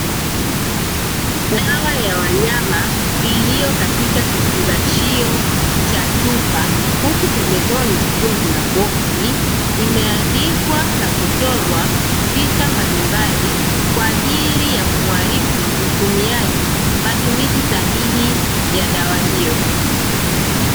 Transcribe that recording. Dawa ya wanyama iliyo katika kifungashio cha chupa huku pembezoni kukiwa kuna boksi limeandikwa na kuchorwa picha mbalimbali kwa ajili ya kumuarifu mtumiaji matumizi sahihi ya dawa hiyo.